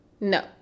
no